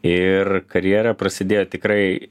ir karjera prasidėjo tikrai